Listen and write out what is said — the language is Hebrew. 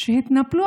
התנפלו